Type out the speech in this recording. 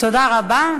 תודה רבה.